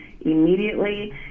immediately